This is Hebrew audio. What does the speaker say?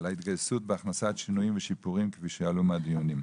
על ההתגייסות בהכנסת שינויים ושיפורים כפי שעלו מהדיונים,